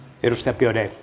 arvoisa